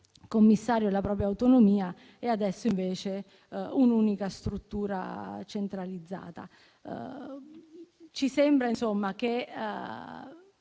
commissario e la propria autonomia, mentre adesso c'è un'unica struttura centralizzata. Ci sembra, insomma, che